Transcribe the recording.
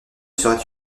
serais